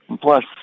plus